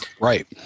Right